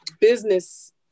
business